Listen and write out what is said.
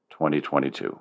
2022